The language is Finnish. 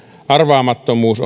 arvaamattomuus